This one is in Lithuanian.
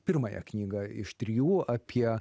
pirmąją knygą iš trijų apie